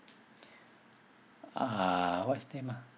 uh what's his name ah